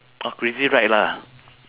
orh crazy ride lah